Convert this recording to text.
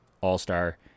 All-Star